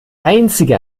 einzige